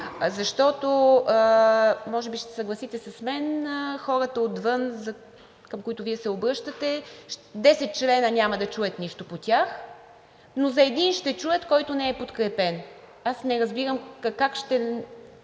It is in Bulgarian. Защото, може би ще се съгласите с мен, хората отвън, към които Вие се обръщате, за 10 члена няма да чуят нищо по тях, но за един ще чуят, който не е подкрепен. Аз не разбирам как ще